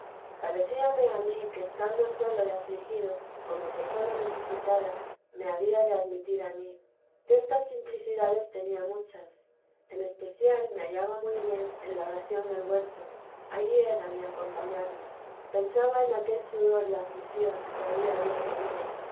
parecíame a mí que estando solo y afligido como persona necesitada me había de admitir a mí destas simplicidades tenía muchas en especial me haliaba muy bien en la oración del huerto allí era mi acompañarle pensaba en aquel sudor y aflicción que allí había tenido